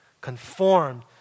conformed